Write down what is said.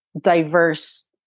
diverse